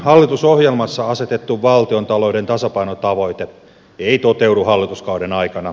hallitusohjelmassa asetettu valtiontalouden tasapainotavoite ei toteudu hallituskauden aikana